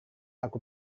aku